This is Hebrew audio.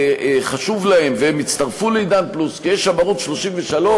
חשוב להם והם הצטרפו ל"עידן פלוס" כי יש שם ערוץ 33,